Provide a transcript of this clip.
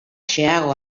xeheago